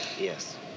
yes